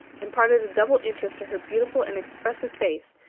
imparted a double interest to her beautiful and expressive face,